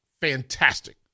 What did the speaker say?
Fantastic